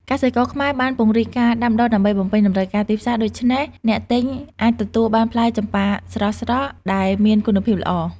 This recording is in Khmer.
កសិករខ្មែរបានពង្រីកការដាំដុះដើម្បីបំពេញតម្រូវការទីផ្សារ ដូច្នេះអ្នកទិញអាចទទួលបានផ្លែចម្ប៉ាស្រស់ៗដែលមានគុណភាពល្អ។